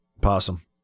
Possum